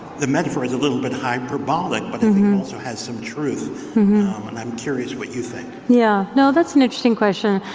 the metaphor is a little bit hyperbolic but and also has some truth um and i'm curious what you think. yeah, no, that's an interesting question.